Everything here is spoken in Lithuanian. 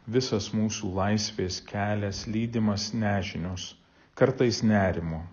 visas mūsų laisvės kelias lydimas nežinios kartais nerimo